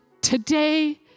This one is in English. today